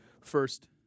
First